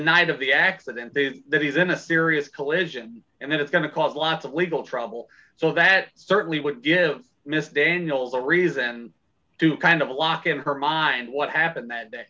night of the accident that he's in a serious collision and then it's going to cause lots of legal trouble so that certainly would give mr daniels a reason to kind of a lock in her mind what happened that day